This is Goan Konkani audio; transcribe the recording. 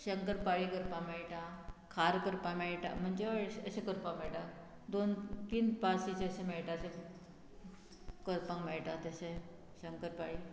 शंकरपाळी करपाक मेळटा खार करपा मेळटा म्हणजे अशें करपा मेळटा दोन तीन पासी जे अशें मेळटा ते करपाक मेळटा तशें शंकर पाळी